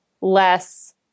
less